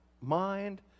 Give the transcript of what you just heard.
mind